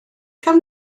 gawn